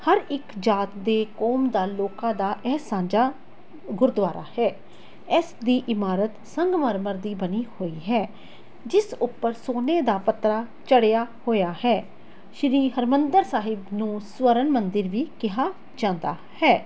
ਹਰ ਇੱਕ ਜਾਤ ਦੇ ਕੌਮ ਦਾ ਲੋਕਾਂ ਦਾ ਇਹ ਸਾਂਝਾ ਗੁਰਦੁਆਰਾ ਹੈ ਇਸ ਦੀ ਇਮਾਰਤ ਸੰਗਮਰਮਰ ਦੀ ਬਣੀ ਹੋਈ ਹੈ ਜਿਸ ਉੱਪਰ ਸੋਨੇ ਦਾ ਪੱਤਰਾ ਚੜ੍ਹਿਆ ਹੋਇਆ ਹੈ ਸ਼੍ਰੀ ਹਰਿਮੰਦਰ ਸਾਹਿਬ ਨੂੰ ਸਵਰਨ ਮੰਦਰ ਵੀ ਕਿਹਾ ਜਾਂਦਾ ਹੈ